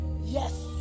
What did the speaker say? yes